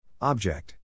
Object